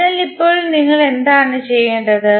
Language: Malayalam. അതിനാൽ ഇപ്പോൾ നിങ്ങൾ എന്താണ് ചെയ്യേണ്ടത്